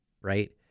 Right